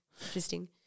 Interesting